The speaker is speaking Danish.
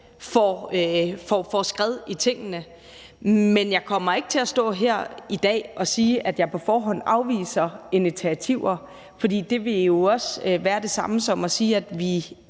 får skred i tingene. Men jeg kommer ikke til at stå her i dag og sige, at jeg på forhånd afviser initiativer, for det vil jo være det samme som at sige, at vi